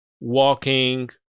walking